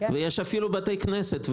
יש שם אפילו בתי כנסת.